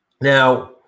Now